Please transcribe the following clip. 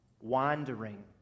wandering